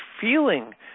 feeling